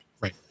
right